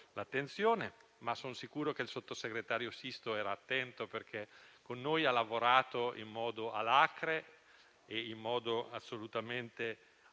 ma sono sicuro che il sottosegretario Sisto era attento perché con noi ha lavorato in modo alacre per migliorare il testo,